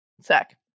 sec